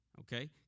Okay